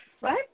right